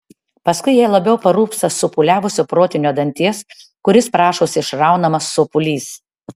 paskui jai labiau parūpsta supūliavusio protinio danties kuris prašosi išraunamas sopulys